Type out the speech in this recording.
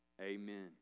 Amen